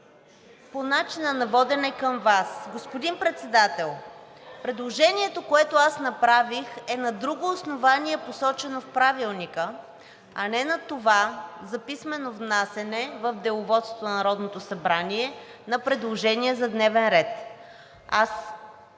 по начина на водене към Вас. Господин Председател, предложението, което аз направих, е на друго основание, посочено в Правилника, а не на това за писмено внасяне в Деловодството на Народното събрание на предложение за дневен ред. Аз